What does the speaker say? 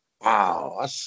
Wow